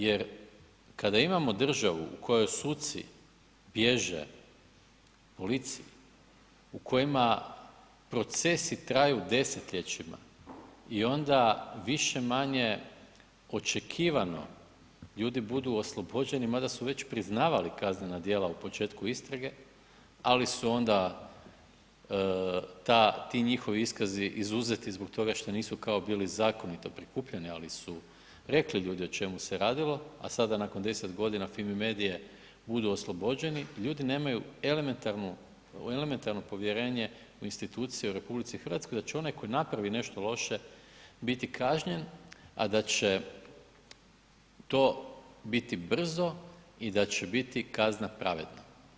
Jer kada imamo državu u kojoj suci bježe policiji, u kojima procesi traju desetljećima i onda više-manje očekivano ljudi budu oslobođeni mada su već priznavali kaznena djela u početku istrage ali su onda ti njihovi izuzeti zbog toga što nisu kao bili zakonito prikupljani ali su rekli ljudi o čemu se radilo a sada nakon 10 godina FIMI MEDIA-e budu oslobođeni, ljudi nemaju elementarno povjerenje u institucije u RH da će onaj tko napravi nešto loše biti kažnjen a da će to biti brzo i da će biti kazna pravedna.